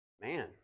man